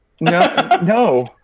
no